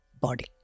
body